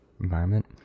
environment